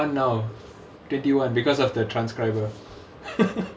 twenty one now twenty one because of the transcriber